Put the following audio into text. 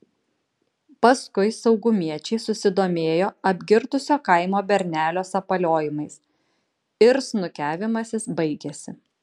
paskui saugumiečiai susidomėjo apgirtusio kaimo bernelio sapaliojimais ir snukiavimasis baigėsi